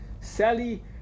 Sally